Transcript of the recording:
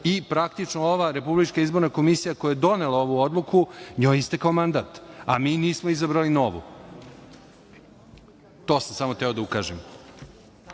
i praktično ova Republička izborna komisija, koja je donela ovu odluku, njoj je istekao mandat, a mi nismo izabrali novu. Na to sam samo hteo da ukažem.